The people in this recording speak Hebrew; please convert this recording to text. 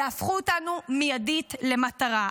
יהפכו אותנו מיידית למטרה.